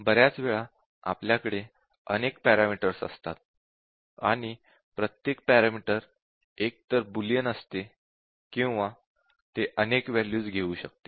बर्याच वेळा आपल्याकडे अनेक पॅरामीटर्स असतात आणि प्रत्येक पॅरामीटर एकतर बूलियन असते किंवा ते अनेक वॅल्यूज घेऊ शकते